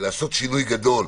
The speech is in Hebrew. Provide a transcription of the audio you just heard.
לעשות שינוי גדול.